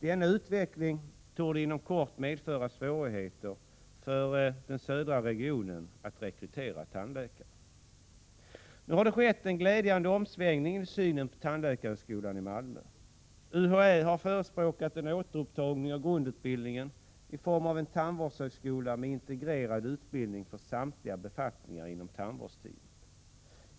Denna utveckling torde inom kort medföra svårigheter för den södra regionen att rekrytera tandläkare. Nu har det skett en glädjande omsvängning i synen på tandläkarhögskolan i Malmö. UHÄ har förespråkat en återupptagning av grundutbildningen i form av en tandvårdshögskola med integrerad utbildning för samtliga befattningar inom tandvårdsteamet.